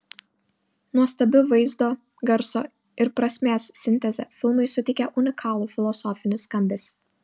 nuostabi vaizdo garso ir prasmės sintezė filmui suteikia unikalų filosofinį skambesį